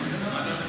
אבל ביום ראשון,